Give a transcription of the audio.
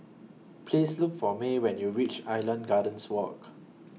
Please Look For May when YOU REACH Island Gardens Walk